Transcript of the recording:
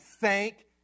thank